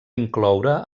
incloure